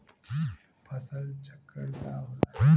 फसल चक्रण का होला?